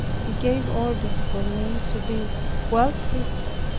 he gave orders for me to be well treated.